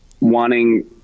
wanting